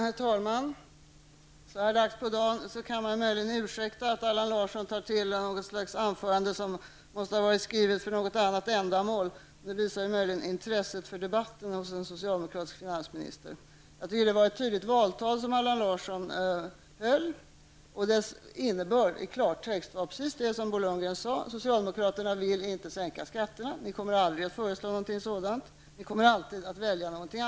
Herr talman! Så här dags på dagen kan man möjligen ursäkta att Allan Larsson tar till något slags anförande som måste ha varit skrivet för ett annat ändamål. Det visar möjligen intresset för dagen hos en socialdemokratisk finansminister. Det var ett tydligt valtal som Allan Larsson höll. Dess innebörd i klartext var precis det som Bo Lundgren sade, nämligen att socialdemokraterna inte vill sänka skatterna. Ni kommer aldrig att föreslå något sådant. Ni kommer alltid välja något annat.